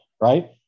Right